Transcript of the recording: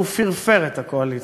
שהוא "פירפר" את הקואליציה.